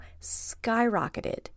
skyrocketed